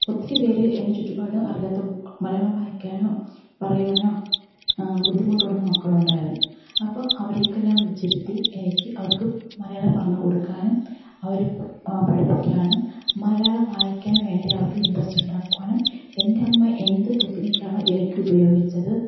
ഒത്തിരി പേരെ എന്റെ ചുറ്റുപാടും അറിയാത്ത മലയാളം വായിക്കാനോ പറയുവാനോ ബുദ്ധിമുട്ടുന്ന മക്കളുണ്ടായിരുന്നു അപ്പോൾ അവരെയൊക്കെ എല്ലാം വിളിച്ചിരുത്തി എനിക്ക് അവര്ക്ക് മലയാളം പറഞ്ഞു കൊടുക്കാനും അവരെ പഠിപ്പിക്കാനും മലയാളം വായിക്കാന് വേണ്ടി അവര്ക്ക് ഇൻട്രസ്റ്റ് ഉണ്ടാക്കുവാനും എന്റെ അമ്മ എന്ത് ടെക്നിക്കാണോ എനിക്ക് ഉപയോഗിച്ചത്